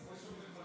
פשוט לפלג, מה?